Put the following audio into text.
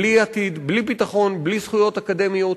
בלי עתיד, בלי ביטחון, בלי זכויות אקדמיות?